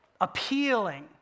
appealing